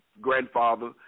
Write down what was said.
grandfather